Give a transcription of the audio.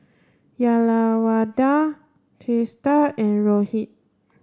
Uyyalawada Teesta and Rohit